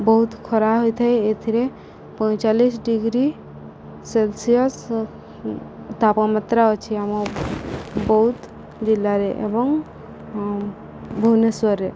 ବହୁତ ଖରା ହୋଇଥାଏ ଏଥିରେ ପଇଁଚାଲିଶି ଡ଼ିଗ୍ରୀ ସେଲସିୟସ୍ ତାପମାତ୍ରା ଅଛି ଆମ ବୌଦ୍ଧ ଜିଲ୍ଲାରେ ଏବଂ ଭୁବନେଶ୍ୱରରେ